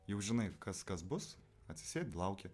jau žinai kas kas bus atsisėdi lauki